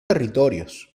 territorios